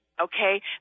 Okay